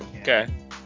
Okay